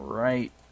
right